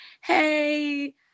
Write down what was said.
hey